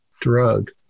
drug